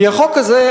כי החוק הזה,